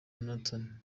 nathan